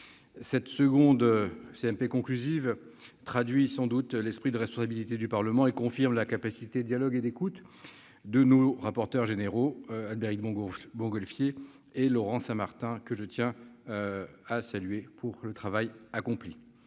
Cette seconde CMP conclusive traduit sans doute l'esprit de responsabilité du Parlement et confirme la capacité de dialogue et d'écoute des deux rapporteurs généraux, Albéric de Montgolfier et Laurent Saint-Martin, que je tiens à saluer pour le travail qu'ils